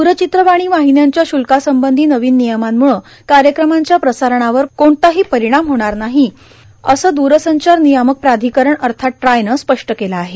दरचित्रवाणी वाहिन्यांच्या शल्कासंबंधी नवीन नियमांमुळ कार्यक्रमांच्या प्रसारणावर कोणताही परिणाम होणार नाही असं दुरसंचार नियामक प्राधिकरण अर्थात ट्रायनं स्पष्ट केलं आहे